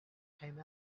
came